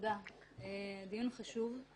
הדיון חשוב,